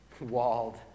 walled